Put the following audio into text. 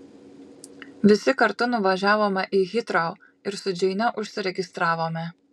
visi kartu nuvažiavome į hitrou ir su džeine užsiregistravome